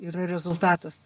yra rezultatas